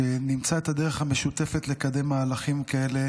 שנמצא את הדרך המשותפת לקדם מהלכים כאלה